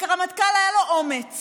וכרמטכ"ל היה לו אומץ